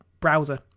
Browser